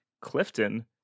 Clifton